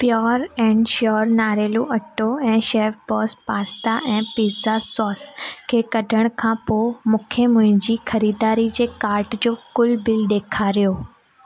pure and sure नारेलु अटो ऐं शेफ बॉस पास्ता ऐं पिज्जा सॉस खे कढण खां पोइ मूंखे मुंहिंजी खरीदारी जे कार्ट जो कुल बिल ॾेखारियो